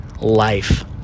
life